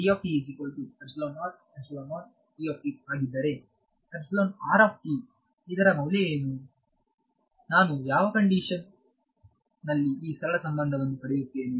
ಆಗಿದ್ದರೆ ಇದರ ಮೌಲ್ಯ ಏನು ನಾನು ಯಾವ ಕಂಡೀಶನ್ ಕಂಡಿಶನ್ ನಲ್ಲಿ ಈ ಸರಳ ಸಂಬಂಧವನ್ನು ಪಡೆಯುತ್ತೇನೆ